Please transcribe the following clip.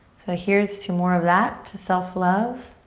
here's to more of that, to self love,